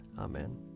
Amen